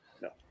No